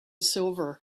silver